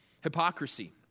Hypocrisy